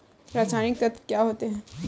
रसायनिक तत्व क्या होते हैं?